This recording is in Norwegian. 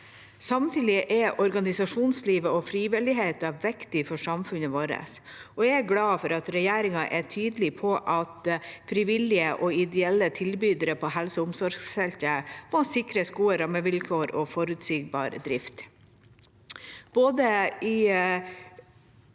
Samtidig er organisasjonslivet og frivilligheten viktig for samfunnet vårt, og jeg er glad for at regjeringen er tydelig på at fri villige og ideelle tilbydere på helse- og omsorgsfeltet må sikres gode rammevilkår og forutsigbar drift.